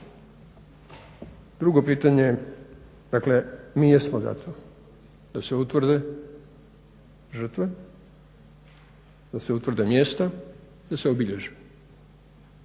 Drugo pitanje, dakle mi jesmo za to da se utvrde žrtve, da se utvrde mjesta, da se obilježe